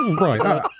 Right